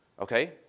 Okay